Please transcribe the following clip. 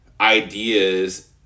ideas